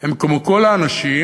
הם כמו כל האנשים,